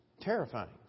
terrifying